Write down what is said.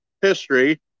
history